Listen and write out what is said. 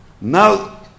Now